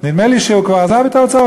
נדמה לי שהוא כבר עזב את האוצר,